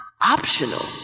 optional